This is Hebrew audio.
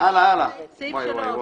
הסעיף נתקבל.